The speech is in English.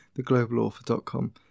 theglobalauthor.com